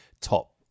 top